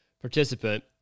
participant